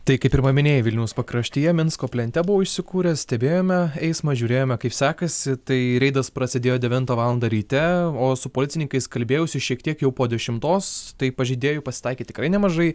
tai kaip ir paminėjai vilniaus pakraštyje minsko plente buvau įsikūręs stebėjome eismą žiūrėjome kaip sekasi tai reidas prasidėjo devintą valandą ryte o su policininkais kalbėjausi šiek tiek jau po dešimtos tai pažeidėjų pasitaikė tikrai nemažai